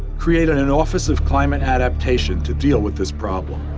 created an office of climate adaptation to deal with this problem.